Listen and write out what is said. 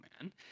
man